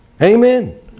Amen